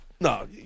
No